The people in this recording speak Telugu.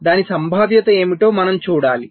దాని సంభావ్యత ఏమిటో మనం చూడాలి